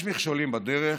יש מכשולים בדרך,